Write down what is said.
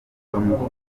bamuvugaho